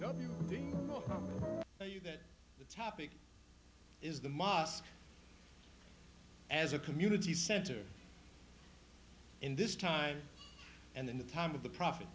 thing that the topic is the mosque as a community center in this time and then the time of the pro